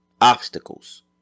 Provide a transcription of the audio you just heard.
Obstacles